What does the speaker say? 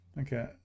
Okay